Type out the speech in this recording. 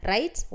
Right